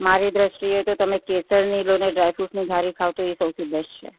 મારી દૃષ્ટિ એ તમે કેસરની લો અને ડ્રાયફ્રૂટ્સની ઘારી ખાવ તો એ સૌથી બેસ્ટ છે